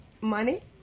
Money